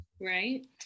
right